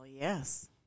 yes